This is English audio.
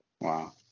Wow